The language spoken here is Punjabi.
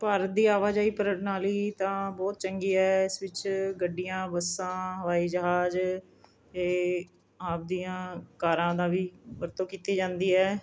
ਭਾਰਤ ਦੀ ਆਵਾਜਾਈ ਪ੍ਰਣਾਲੀ ਤਾਂ ਬਹੁਤ ਚੰਗੀ ਹੈ ਇਸ ਵਿੱਚ ਗੱਡੀਆਂ ਬੱਸਾਂ ਹਵਾਈ ਜਹਾਜ਼ ਅਤੇ ਆਪਦੀਆਂ ਕਾਰਾਂ ਦਾ ਵੀ ਵਰਤੋਂ ਕੀਤੀ ਜਾਂਦੀ ਹੈ